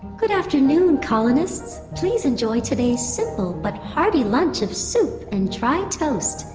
good afternoon colonists. please enjoy today's simple but hearty lunch of soup and dry toast.